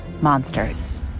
monsters